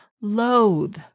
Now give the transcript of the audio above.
loathe